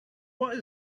what